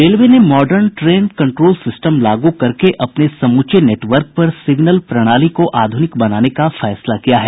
railway ने modern train control system लागू करके अपने समूचे नेटवर्क पर सिग्नल प्रणाली को आधुनिक बनाने का फैसला किया है